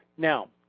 now,